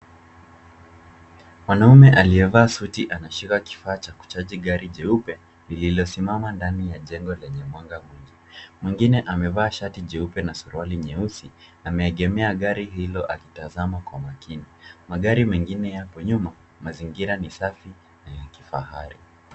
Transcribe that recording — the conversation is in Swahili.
Mwanamume aliyevaa suti anashika kifaa cha kuchaji gari jeupe lililosimama ndani ya jengo lenye mwanga mwingi. Mwengine amevaa shati jeupe na suruali nyeusi ameegemea gari hilo na kutazama kwa makini. Magari mengine yapo nyuma. Mazingira ni safi na ya kifahari.